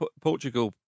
Portugal